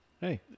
Hey